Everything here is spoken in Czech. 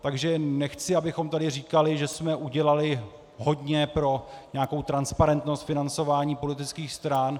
Takže nechci, abychom tady říkali, že jsme udělali hodně pro nějakou transparentnost financování politických stran.